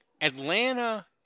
Atlanta